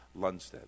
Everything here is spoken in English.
Lundstedt